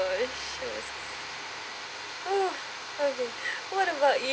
oh okay what about